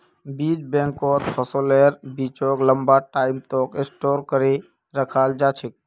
बीज बैंकत फसलेर बीजक लंबा टाइम तक स्टोर करे रखाल जा छेक